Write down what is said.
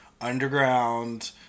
underground